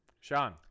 Sean